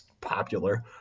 popular